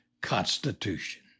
Constitution